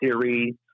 series